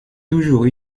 toujours